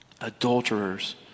adulterers